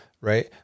right